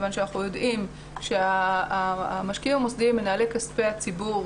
מכיוון שאנחנו יודעים שהמשקיעים המוסדיים מנהלי כספי הציבור